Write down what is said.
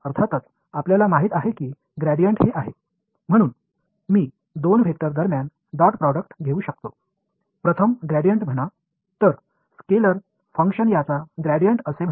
எடுத்துக்காட்டாக அது கிரேடியன்ட் என்பது நமக்கு தெரியும் ஆகையால் நான் இரண்டு வெக்டர்களுக்கு இடையேயான டாட் ப்ராடக்ட் எடுத்துக் கொள்ள முடியும் முதலில் கிரேடியன்ட் என்பது என்னவென்றால் இது ஒரு ஸ்கேலார் ஃபங்ஷன் ஆகும்